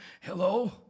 Hello